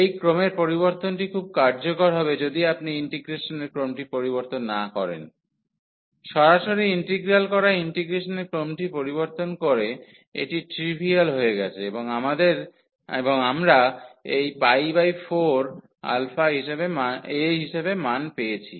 এই ক্রমের পরিবর্তনটি খুব কার্যকর হবে যদি আপনি ইন্টিগ্রেশনের ক্রমটি পরিবর্তন না করেন সরাসরি ইন্টিগ্রাল করা ইন্টিগ্রেশনের ক্রমটি পরিবর্তন করে এটি ট্রিভিয়াল হয়ে গেছে এবং আমরা এই 4a হিসাবে মান পেয়েছি